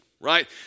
right